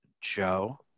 Joe